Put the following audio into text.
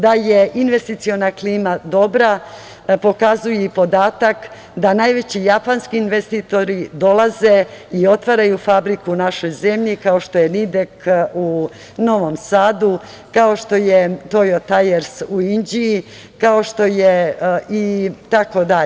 Da je investiciona klima dobra, pokazuje i podataka da najveći japanski investitori dolaze i otvaraju fabriku u našoj zemlji kao što je „Nidek“ u Novom Sadu, kao što je „Tojotajers“ u Inđiji, itd.